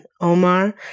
Omar